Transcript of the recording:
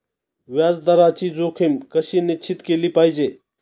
व्याज दराची जोखीम कशी निश्चित केली पाहिजे